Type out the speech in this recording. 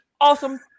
awesome